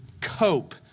cope